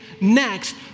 next